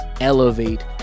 elevate